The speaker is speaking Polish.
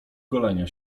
golenia